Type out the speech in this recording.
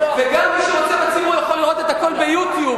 ומי שרוצה יכול גם לראות את הכול ב-YouTube,